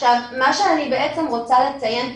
מה שאני רוצה לציין,